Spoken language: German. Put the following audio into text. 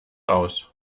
aus